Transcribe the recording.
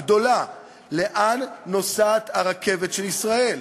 גדולה: לאן נוסעת הרכבת של ישראל?